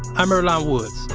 i'm earlonne woods,